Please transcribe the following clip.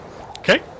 okay